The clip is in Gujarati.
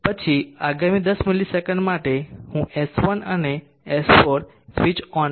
પછી આગામી 10 ms માટે હું S1 અને S4 સ્વિચ ઓન કરીશ S3 અને S2 બંધ કરીશ